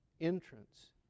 entrance